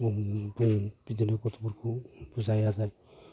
दहम दहम बिदिनो गथ'फोरखौ बुजाय आजाय